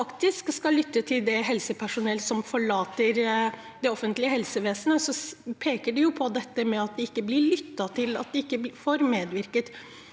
Hvis vi skal lytte til det helsepersonellet som forlater det offentlige helsevesenet, peker de på at de ikke blir lyttet til, at de ikke får medvirket.